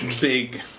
Big